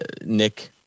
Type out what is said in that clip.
Nick